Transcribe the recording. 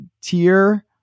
Tier